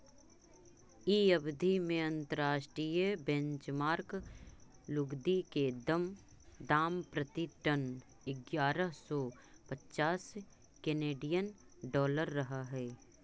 इ अवधि में अंतर्राष्ट्रीय बेंचमार्क लुगदी के दाम प्रति टन इग्यारह सौ पच्चास केनेडियन डॉलर रहऽ हई